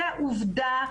זו עובדה.